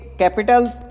capitals